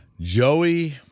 Joey